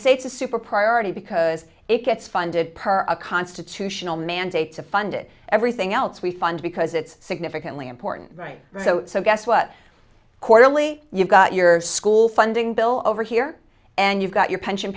say it's a super priority because it gets funded per a constitutional mandate to fund it everything else we fund because it's significantly important right so guess what quarterly you've got your school funding bill over here and you've got your pension